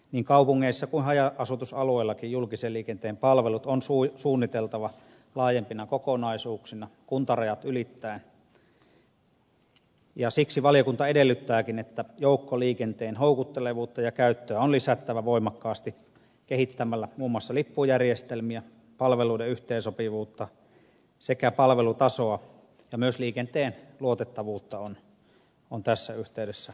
niin kaupungeissa kuin haja asutusalueillakin julkisen liikenteen palvelut on suunniteltava laajempina kokonaisuuksina kuntarajat ylittäen ja siksi valiokunta edellyttääkin että joukkoliikenteen houkuttelevuutta ja käyttöä on lisättävä voimakkaasti kehittämällä muun muassa lippujärjestelmiä palveluiden yhteensopivuutta sekä palvelutasoa ja myös liikenteen luotettavuutta on tässä yhteydessä kehitettävä